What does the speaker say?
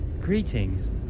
Greetings